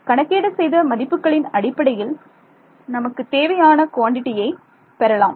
கணக்கீடு செய்த மதிப்புகளின் அடிப்படையில் நமக்குத் தேவையான குவாண்டிடியை பெறலாம்